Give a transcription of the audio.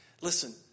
Listen